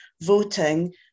voting